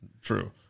true